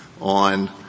on